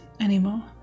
anymore